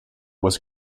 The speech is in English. was